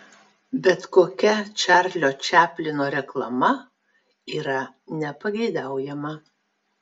bet kokia čarlio čaplino reklama yra nepageidaujama